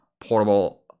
portable